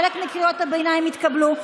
חלק מקריאות הביניים התקבלו,